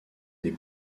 des